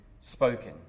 spoken